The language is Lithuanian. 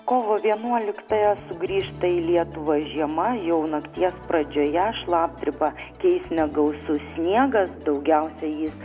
kovo vienuoliktąją sugrįžta į lietuvą žiema jau nakties pradžioje šlapdribą keis negausus sniegas daugiausiai jis